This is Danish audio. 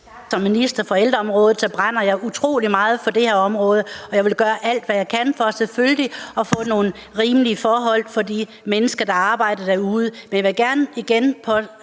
Som minister for ældreområdet brænder jeg utrolig meget for det her område, og jeg vil gøre alt, hvad jeg kan, for selvfølgelig at få nogle rimelige forhold for de mennesker, der arbejder derude.